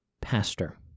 pastor